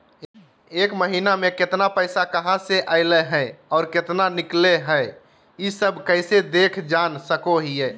एक महीना में केतना पैसा कहा से अयले है और केतना निकले हैं, ई सब कैसे देख जान सको हियय?